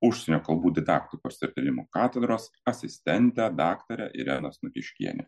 užsienio kalbų didaktikos ir tyrimų katedros asistentę daktarę ireną snukiškienę